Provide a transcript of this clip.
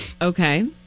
okay